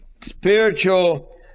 spiritual